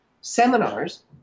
seminars